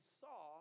saw